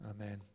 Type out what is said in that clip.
Amen